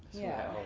yeah,